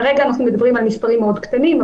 כרגע אנחנו מדברים על מספרים מאוד קטנים.